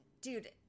dude